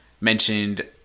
mentioned